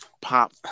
pop